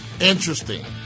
interesting